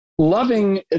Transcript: Loving